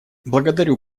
благодарю